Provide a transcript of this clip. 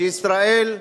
שישראל,